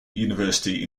university